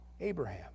Abraham